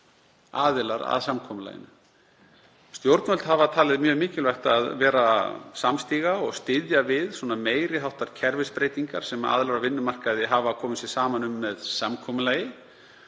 aðilar að samkomulaginu. Stjórnvöld hafa talið mjög mikilvægt að vera samstiga og styðja við meiri háttar kerfisbreytingar sem aðilar á vinnumarkaði hafa komið sér saman um með samkomulagi